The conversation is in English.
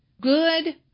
good